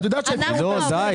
את יודעת שהפרו את ההסכם.